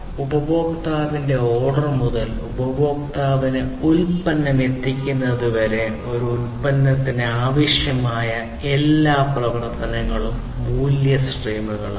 ഉപഭോക്താവിന്റെ ഓർഡർ മുതൽ ഉപഭോക്താവിന് ഉൽപ്പന്നം എത്തിക്കുന്നതുവരെ ഒരു ഉൽപ്പന്നത്തിന് ആവശ്യമായ എല്ലാ പ്രവർത്തനങ്ങളും മൂല്യ സ്ട്രീമുകളാണ്